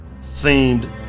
seemed